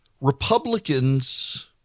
Republicans